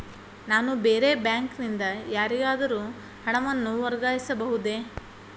ನಾನು ಬೇರೆ ಬ್ಯಾಂಕ್ ನಿಂದ ಯಾರಿಗಾದರೂ ಹಣವನ್ನು ವರ್ಗಾಯಿಸಬಹುದೇ?